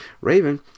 raven